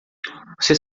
você